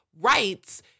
rights